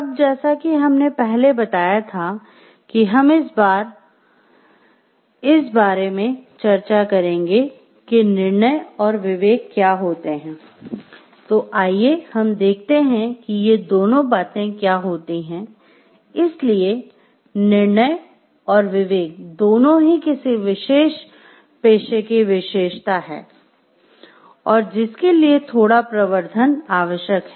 अब जैसा कि हमने पहले बताया था कि हम इस बारे में चर्चा करेंगे कि निर्णय और विवेक क्या होते है तो आइए हम देखते हैं कि ये दोनों बातें क्या होती हैं इसलिए निर्णय आवश्यक है